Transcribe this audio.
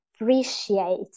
appreciate